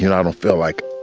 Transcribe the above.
you know i don't feel like,